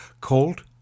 called